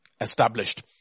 established